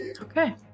Okay